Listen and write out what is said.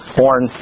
born